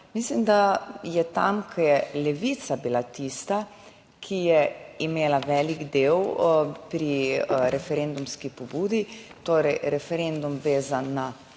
mislim, da je tam, ko je Levica bila tista, ki je imela velik del pri referendumski pobudi, torej referendum vezan na